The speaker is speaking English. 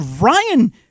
Ryan